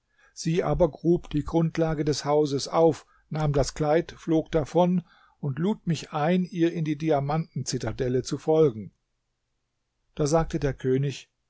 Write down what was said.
sie aber grub die grundlage des hauses auf nahm das kleid flog davon und lud mich ein ihr in die diamanten zitadelle zu folgen da sagte der könig